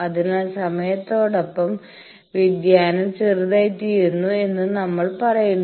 അതിനാൽ സമയത്തോടൊപ്പം വ്യതിയാനം ചെറുതായിത്തീരുന്നു എന്ന് നമ്മൾ പറയുന്നു